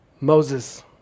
Moses